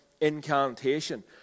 incantation